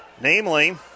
Namely